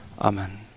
Amen